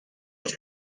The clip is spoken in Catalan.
els